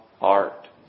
art